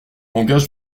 engage